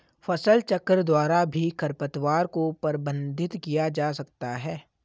फसलचक्र द्वारा भी खरपतवार को प्रबंधित किया जा सकता है